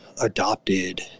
adopted